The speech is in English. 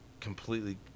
completely